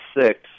six